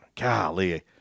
Golly